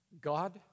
God